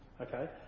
okay